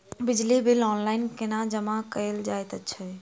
बिजली bill online कोना जमा कएल जाइत अछि?